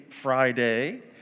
Friday